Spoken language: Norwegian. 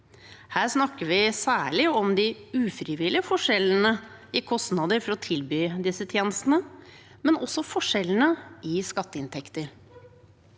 Her snakker vi særlig om de ufrivillige forskjellene i kostnader for å tilby disse tjenestene, men også forskjellene i skatteinntekter.